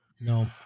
No